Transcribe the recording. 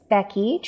Becky